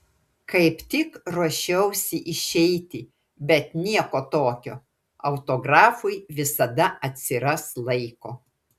kaip tik ruošiausi išeiti bet nieko tokio autografui visada atsiras laiko